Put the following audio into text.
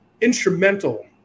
instrumental